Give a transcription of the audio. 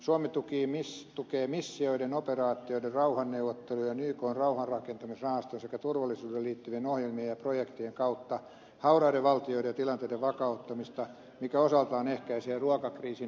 suomi tukee missioiden operaatioiden rauhanneuvottelujen ykn rauhanrakentamisrahaston sekä turvallisuuteen liittyvien ohjelmien ja projektien kautta hauraiden valtioiden ja tilanteiden vakauttamista mikä osaltaan ehkäisee ruokakriisin haittavaikutuksia